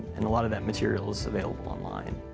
and a lot of that material is available online.